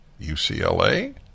UCLA